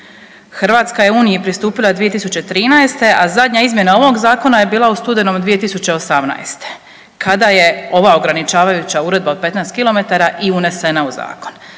Hrvatska je Uniji pristupila 2013., a zadnja izmjena ovog Zakona je bila u studenom 2018. kada je ova ograničavajuća Uredba od 15 kilometara i unesena u Zakon.